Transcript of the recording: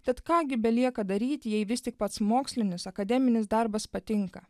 tad ką gi belieka daryti jei vis tik pats mokslinis akademinis darbas patinka